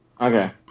Okay